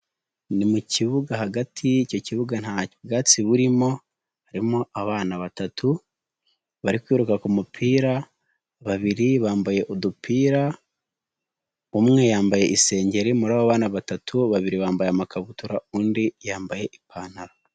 Ni mu kibuga hagati, icyo kibuga nta bwatsi burimo, harimo abana batatu bari kwiruka ku mupira, babiri bambaye udupira, umwe yambaye isengeri muri abo bana batatu babiri, bambaye amakabutura undi yambaye ipantaro.